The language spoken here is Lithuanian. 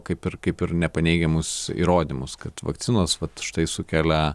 kaip ir kaip ir nepaneigiamus įrodymus kad vakcinos vat štai sukelia